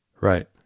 Right